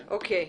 אוקיי,